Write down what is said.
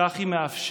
כך היא מאפשרת,